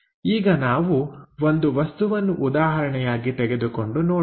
ಈಗ ನಾವು ಒಂದು ವಸ್ತುವನ್ನು ಉದಾಹರಣೆಯಾಗಿ ತೆಗೆದುಕೊಂಡು ನೋಡೋಣ